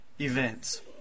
events